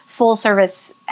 full-service